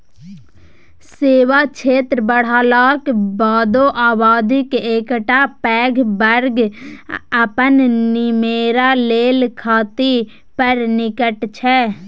सेबा क्षेत्र बढ़लाक बादो आबादीक एकटा पैघ बर्ग अपन निमेरा लेल खेती पर टिकल छै